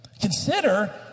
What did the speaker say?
Consider